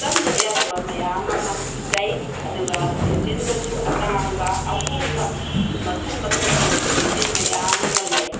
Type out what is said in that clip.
ꯆꯪꯗꯕ ꯌꯥꯗꯕ ꯃꯌꯥꯝ ꯑꯃ ꯂꯩ ꯑꯗꯨꯒ ꯃꯦꯆꯤꯟꯗꯁꯨ ꯑꯇꯥꯡꯕ ꯑꯍꯣꯡꯕ ꯃꯈꯜ ꯃꯈꯜꯒꯤ ꯃꯦꯆꯤꯟ ꯃꯌꯥꯝ ꯑꯃ ꯂꯩ